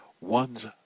one's